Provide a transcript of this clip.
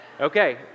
Okay